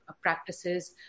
practices